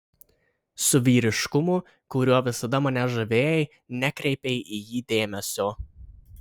su vyriškumu kuriuo visada mane žavėjai nekreipei į jį dėmesio